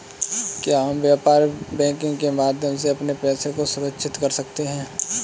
क्या हम व्यापार बैंकिंग के माध्यम से अपने पैसे को सुरक्षित कर सकते हैं?